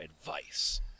advice